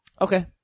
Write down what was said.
Okay